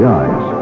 eyes